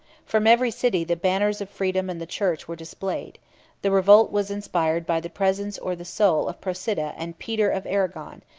from every city the banners of freedom and the church were displayed the revolt was inspired by the presence or the soul of procida and peter of arragon,